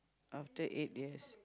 after eight years